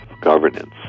governance